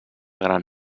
gran